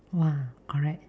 !wah! correct